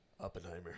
Oppenheimer